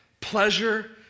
pleasure